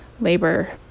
labor